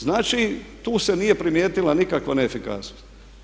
Znači, tu se nije primijetila nikakva neefikasnost.